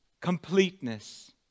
Completeness